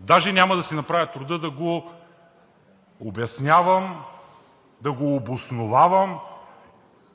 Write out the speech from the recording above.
Даже няма да си направя труда да го обяснявам, да го обосновавам.